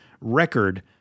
record